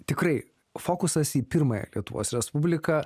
tikrai fokusas į pirmąją lietuvos respubliką